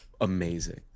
amazing